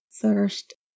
thirst